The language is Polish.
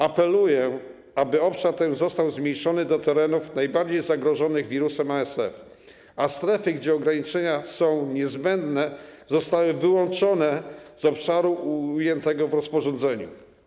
Apeluję, aby obszar ten został zmniejszony do terenów najbardziej zagrożonych wirusem ASF, a strefy, gdzie ograniczenia są niezbędne, zostały wyłączone z obszaru ujętego w rozporządzeniu.